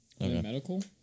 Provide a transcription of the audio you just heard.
medical